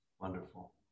Wonderful